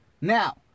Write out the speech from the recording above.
Now